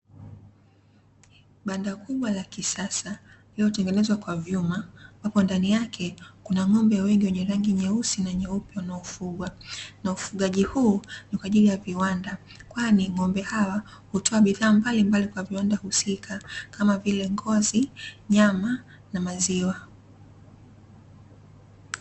Banda kubwa la kisasa lililotengenezwa kwa vyuma, ambapo ndani yake kuna ng'ombe wengi wenye rangi nyeusi na nyeupe wanaofugwa. Na ufugaji huu ni kwa ajili ya viwanda, kwani ng'ombe hawa hutoa bidhaa mbalimbali kwa viwanda husika, kama vile ngozi, nyama, na maziwa.